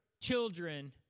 children